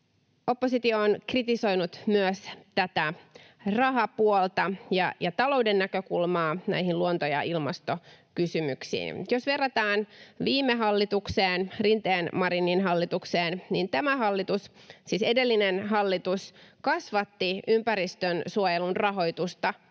Oppositio on kritisoinut myös rahapuolta ja talouden näkökulmaa näihin luonto- ja ilmastokysymyksiin. Jos verrataan viime hallitukseen, Rinteen—Marinin hallitukseen, niin edellinen hallitus kasvatti ympäristönsuojelun rahoitusta